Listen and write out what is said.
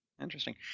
interesting